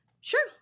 Sure